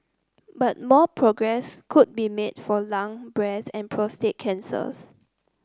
but more progress could be made for lung breast and prostate cancers